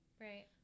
Right